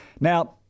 Now